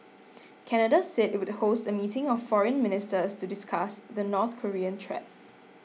Canada said it would host a meeting of foreign ministers to discuss the North Korean threat